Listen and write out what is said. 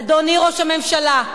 אדוני ראש הממשלה,